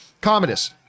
Commodus